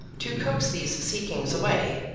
to coax these sea-kings away,